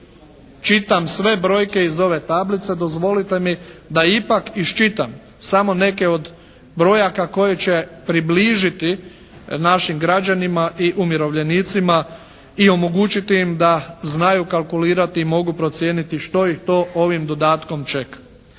čitam sve brojke iz ove tablice, dozvolite mi da ipak iščitam samo neke od brojaka koje će približiti našim građanima i umirovljenicima i omogućiti im da znaju kalkulirati i mogu procijeniti što ih to ovim dodatkom čeka.